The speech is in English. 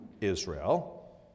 Israel